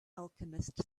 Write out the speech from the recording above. alchemist